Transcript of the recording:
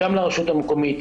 גם לרשות המקומית,